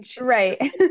Right